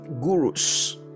gurus